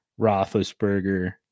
Roethlisberger